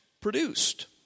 produced